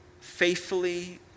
faithfully